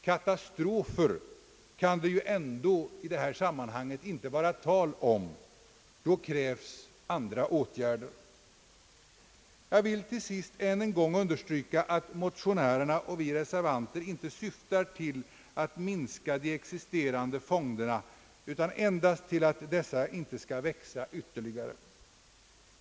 Katastrofer kan det ju inte bli tal om, ty då krävs andra åtgärder. Jag vill till sist än en gång understryka, att motionärerna liksom vi reservanter inte syftar till att minska de existerande fonderna utan endast till att dessa inte skall växa ytterligare.